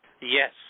Yes